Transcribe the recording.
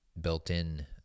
built-in